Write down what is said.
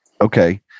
okay